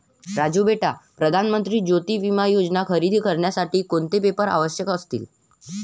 राजू बेटा प्रधान मंत्री ज्योती विमा योजना खरेदी करण्यासाठी कोणते पेपर आवश्यक असतील?